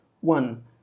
one